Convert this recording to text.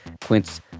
Quince